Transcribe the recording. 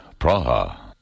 Praha